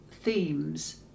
themes